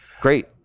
Great